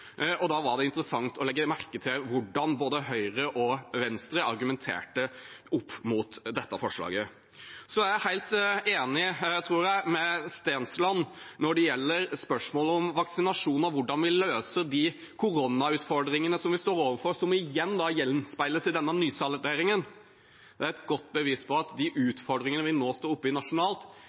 og da var det interessant å legge merke til hvordan både Høyre og Venstre argumenterte for dette forslaget. Så er jeg helt enig, tror jeg, med Stensland når det gjelder spørsmålet om vaksinasjon og hvordan vi løser de koronautfordringene vi står overfor, som igjen gjenspeiles i denne nysalderingen. Det er et godt bevis på at de utfordringene vi nå står i nasjonalt,